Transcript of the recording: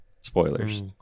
Spoilers